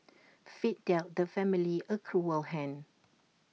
fate dealt the family A cruel hand